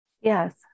Yes